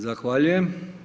Zahvaljujem.